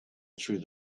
through